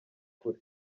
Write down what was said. kure